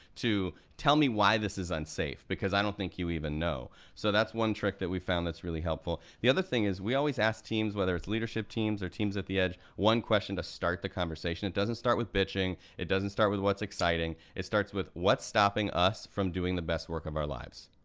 to tell me why this is unsafe because i don't think you even know. so that's one trick that we found that's really helpful. the other thing is, we always ask teams, whether it's leadership teams or teams at the edge, one question to start the conversation. it doesn't start with bitching, it doesn't start with what's exciting, it starts with, what's stopping us from doing the best work of our lives?